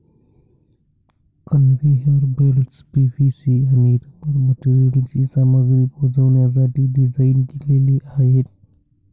conveyor belts PVC आणि rubber मटेरियलची सामग्री पोहोचवण्यासाठी डिझाइन केलेले आहेत